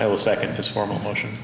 i will second his formal motion